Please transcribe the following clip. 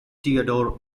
theodore